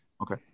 Okay